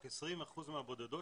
רק 20% מהבודדות,